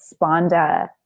sponda